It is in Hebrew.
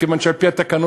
כיוון שעל-פי התקנות,